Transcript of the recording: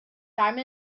diamonds